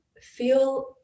feel